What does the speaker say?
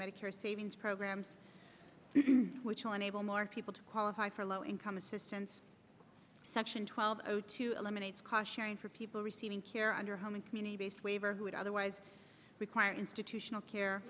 medicare savings programs which will enable more people to qualify for low income assistance such in twelve to eliminate cause sharing for people receiving care under home and community based waiver who would otherwise require institutional care